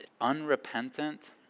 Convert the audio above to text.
unrepentant